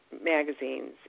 magazines